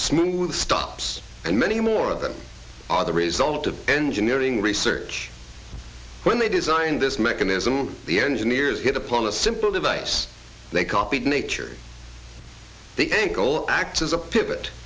smooth stops and many more of them are the result of engineering research when they designed this mechanism the engineers hit upon a simple device they copied nature the ankle acts as a pivot